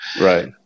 Right